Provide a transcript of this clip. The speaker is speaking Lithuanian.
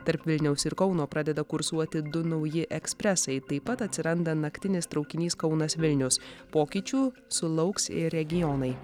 tarp vilniaus ir kauno pradeda kursuoti du nauji ekspresai taip pat atsiranda naktinis traukinys kaunas vilnius pokyčių sulauks ir regionai